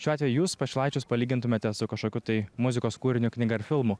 šiuo atveju jūs pašilaičius palygintumėte su kažkokiu tai muzikos kūriniu knyga ar filmu